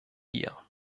hier